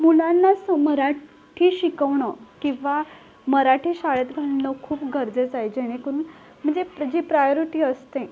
मुलांनाच मराठी शिकवणं किंवा मराठी शाळेत घालणं खूप गरजेचं आहे जेणेकरून म्हणजे जी प्रायोरिटी असते